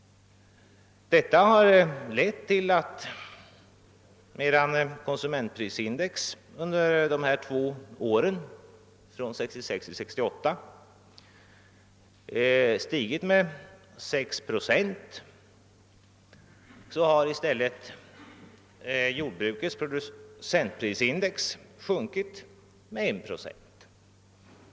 Detta har lett till att medan konsumentprisindex under tiden 1966 till 1968 stigit med 6 procent har i stället jordbrukets producentprisindex sjunkit med 1 procent.